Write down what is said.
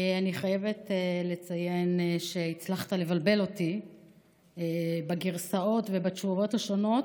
אני חייבת לציין שהצלחת לבלבל אותי בגרסאות ובתשובות השונות.